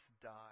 die